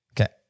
Okay